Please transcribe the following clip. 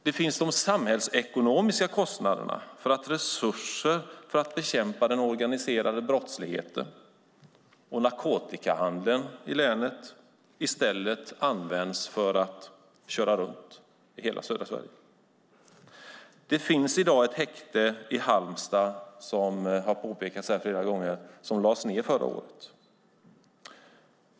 Det finns de samhällsekonomiska kostnaderna, eftersom resurser för att bekämpa den organiserade brottsligheten och narkotikahandeln i länet i stället används för att köra runt i hela södra Sverige. Det finns ett häkte i Halmstad som lades ned förra året.